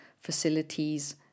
facilities